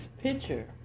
picture